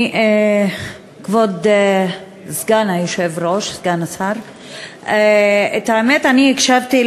כבוד סגן היושב-ראש, סגן השר, את האמת, אני הקשבתי